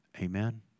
Amen